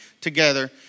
together